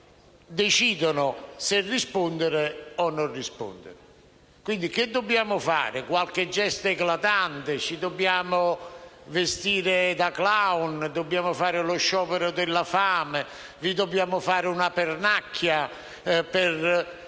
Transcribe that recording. cioè se rispondere o non rispondere. E quindi mi chiedo: che dobbiamo fare? Qualche gesto eclatante? Ci dobbiamo vestire da *clown*? Dobbiamo fare lo sciopero della fame? Vi dobbiamo fare una pernacchia per